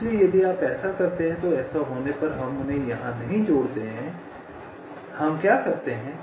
इसलिए यदि आप ऐसा करते हैं तो ऐसा होने पर हम उन्हें यहां नहीं जोड़ते हैं कि हम क्या करते हैं